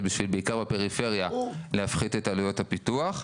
בעיקר בפריפריה להפחית את עלויות הפיתוח,